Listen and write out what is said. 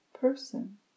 person